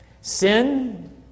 Sin